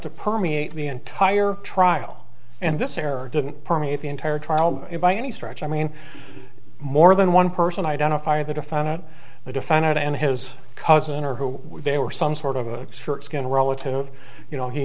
to permeate the entire trial and this error didn't permeate the entire trial by any stretch i mean more than one person identify the defendant the defendant and his cousin or who they were some sort of a short skin relative you know he